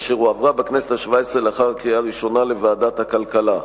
אשר הועברה בכנסת השבע-עשרה לאחר הקריאה הראשונה לוועדת הכלכלה.